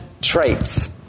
traits